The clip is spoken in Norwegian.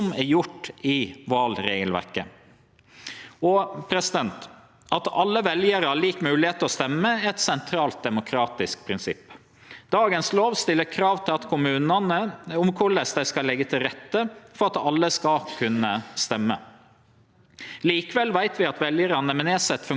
Dagens lov stiller krav til kommunane om korleis dei skal leggje til rette for at alle skal kunne stemme. Likevel veit vi at veljarar med nedsett funksjonsevne har hatt vanskar med å kome seg inn i vallokale og utfordringar med korleis dei vert møtte av valmedarbeidarane når dei skal stemme.